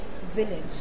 village